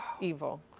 evil